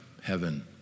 heaven